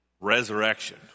resurrection